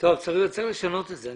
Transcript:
צריך לשנות את זה.